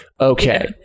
Okay